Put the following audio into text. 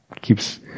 keeps